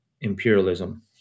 imperialism